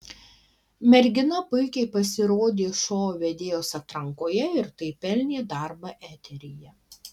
mergina puikiai pasirodė šou vedėjos atrankoje ir taip pelnė darbą eteryje